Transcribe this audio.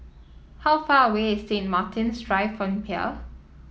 how far away is Saint Martin's Drive from here